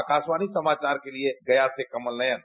आकाशवाणी समाचार के लिए गया से कमल नयन